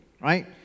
right